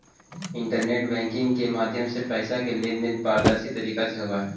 internet banking के माध्यम से पैइसा के लेन देन पारदर्शी तरीका से होवऽ हइ